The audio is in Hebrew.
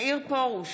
מאיר פרוש,